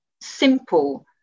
simple